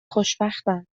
خوشبختم